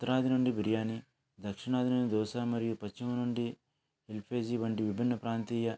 ఉత్తరాది నుండి బిర్యానీ దక్షిణాది నుండి దోస మరియు పశ్చిమ నుండి ఎల్పిజి వంటి విభిన్న ప్రాంతీయ